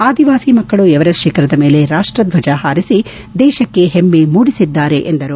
ಆದಿವಾಸಿ ಮಕ್ಕಳು ಎವರೆಸ್ಟ್ ಶಿಖರದ ಮೇಲೆ ರಾಷ್ಟದ್ವಜವನ್ನು ಹಾರಿಸಿ ದೇಶಕ್ಕೆ ಹೆಮ್ಮೆ ಮೂಡಿಸಿದ್ದಾರೆ ಎಂದರು